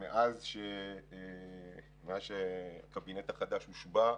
מאז שהקבינט החדש הושבע,